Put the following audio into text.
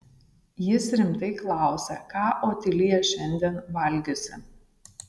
jis rimtai klausia ką otilija šiandien valgiusi